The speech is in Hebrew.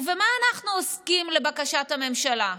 ובמה אנחנו עוסקים, לבקשת הממשלה?